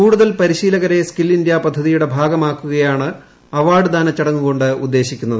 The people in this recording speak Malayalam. കൂടുതൽ പരിശീലകള്ര മ്സ്കിൽ ഇന്ത്യാ പദ്ധതിയുടെ ഭാഗമാക്കുകയാണ് അവാർഡ് ദാനചടങ്ങിുഉകാണ്ട് ഉദ്ദേശിക്കുന്നത്